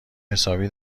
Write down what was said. حسابی